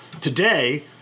Today